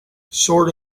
sort